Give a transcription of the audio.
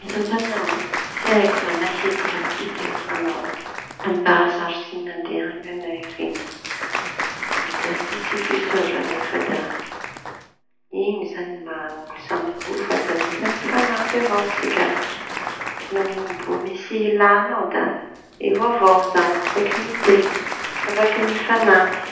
Misaotsa añao tsy haiko raha nahiko raha tsy teo añao tam raha sarotsy nandehaña anay ireñy. Da tsisy fisaora lay fa da ino izañy ny maha olo samy olo fa da mila mifanampy avao sika. No mbô misy hilañao da eo avao zaho afaky miteno, afaky mifanampy.